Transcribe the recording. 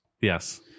Yes